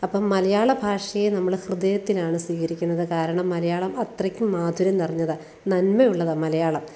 അപ്പോള് മലയാള ഭാഷയെ നമ്മള് ഹൃദയത്തിലാണ് സ്വീകരിക്കുന്നത് കാരണം മലയാളം അത്രയ്ക്കും മാധുര്യം നിറഞ്ഞതാണ് നന്മയുള്ളതാണ് മലയാളം